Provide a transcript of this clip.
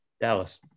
Dallas